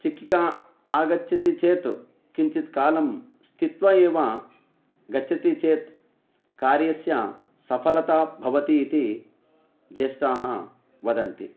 छिक्किका आगच्छति चेत् किञ्चित् कालं स्थित्वा एव गच्छति चेत् कार्यस्य सफलता भवति इति ज्येष्ठाः वदन्ति